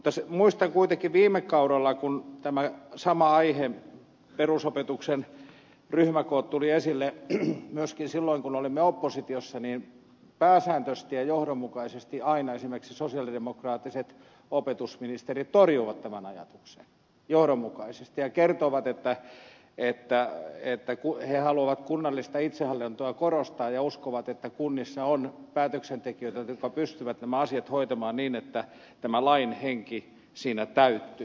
mutta muistan kuitenkin viime kaudella että kun tämä sama aihe perusopetuksen ryhmäkoot tuli esille myöskin silloin kun olimme oppositiossa niin pääsääntöisesti ja johdonmukaisesti aina esimerkiksi sosialidemokraattiset opetusministerit torjuivat tämän ajatuksen ja kertoivat että he haluavat kunnallista itsehallintoa korostaa ja uskovat että kunnissa on päätöksentekijöitä jotka pystyvät nämä asiat hoitamaan niin että tämä lain henki siinä täyttyy